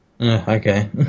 okay